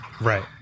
Right